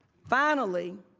finally,